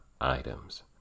items